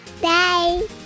Bye